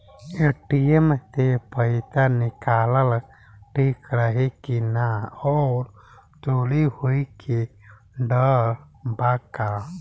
ATM से पईसा निकालल ठीक रही की ना और चोरी होये के डर बा का?